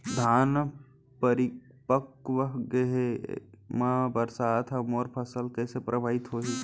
धान परिपक्व गेहे ऐसे म बरसात ह मोर फसल कइसे प्रभावित होही?